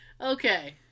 Okay